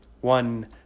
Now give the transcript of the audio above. one